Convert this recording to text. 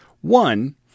One